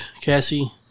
Cassie